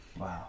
Wow